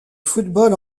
football